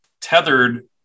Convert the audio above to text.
tethered